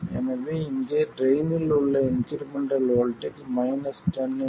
எனவே இங்கே ட்ரைன் இல் உள்ள இன்க்ரிமெண்டல் வோல்ட்டேஜ் 10 vi